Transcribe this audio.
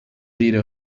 leader